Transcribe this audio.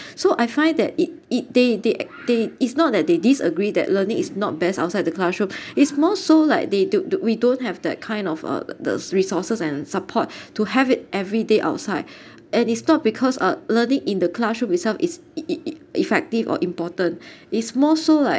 so I find that it it they they they it's not that they disagree that learning is not best outside the classroom is more so like they do~ do~ we don't have that kind of uh the resources and support to have it everyday outside and it's not because uh learning in the classroom itself is e~e~e~effective or important is more so like